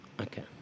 Okay